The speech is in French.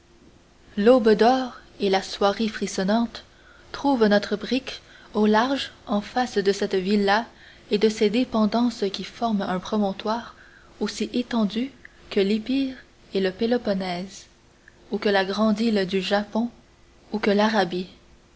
l'aube d'or et la soirée frissonnante trouvent notre brick au large en face de cette villa et de ses dépendances qui forment un promontoire aussi étendu que l'épire et le péloponnèse ou que la grande île du japon ou que l'arabie